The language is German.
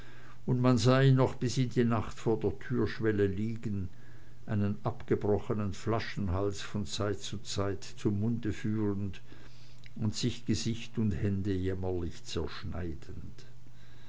und man sah ihn noch bis spät in die nacht vor der türschwelle liegen einen abgebrochenen flaschenhals von zeit zu zeit zum munde führend und sich gesicht und hände jämmerlich zerschneidend